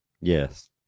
Yes